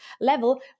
level